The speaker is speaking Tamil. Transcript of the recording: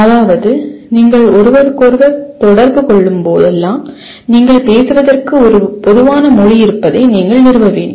அதாவது நீங்கள் ஒருவருக்கொருவர் தொடர்பு கொள்ளும்போதெல்லாம் நீங்கள் பேசுவதற்கு ஒரு பொதுவான மொழி இருப்பதை நீங்கள் நிறுவ வேண்டும்